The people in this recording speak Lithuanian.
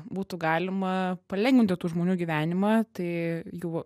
būtų galima palengvinti tų žmonių gyvenimą tai jų